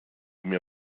mir